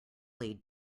lay